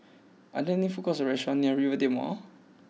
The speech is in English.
are there any food courts or restaurants near Rivervale Mall